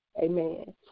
amen